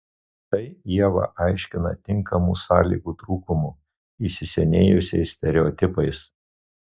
tai ieva aiškina tinkamų sąlygų trūkumu įsisenėjusiais stereotipais